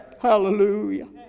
Hallelujah